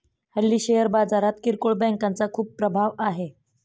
हल्ली शेअर बाजारात किरकोळ बँकांचा खूप प्रभाव आहे